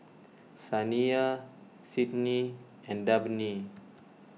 Saniyah Sydni and Dabney